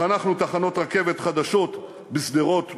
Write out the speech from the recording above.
חנכנו תחנות רכבת חדשות בשדרות ובנתיבות,